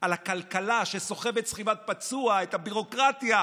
על הכלכלה שסוחבת בסחיבת פצוע את הביורוקרטיה.